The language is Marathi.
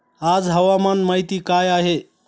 आज हवामान माहिती काय आहे?